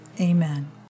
Amen